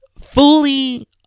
fully